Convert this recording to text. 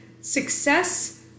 success